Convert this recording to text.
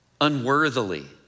unworthily